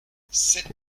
cette